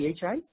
PHI